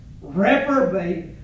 reprobate